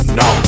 no